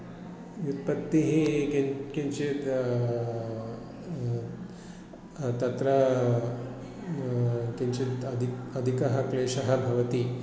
व्युत्पत्तिः किं किञ्चित् तत्र किञ्चित् अद् अधिकः क्लेशः भवति